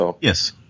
Yes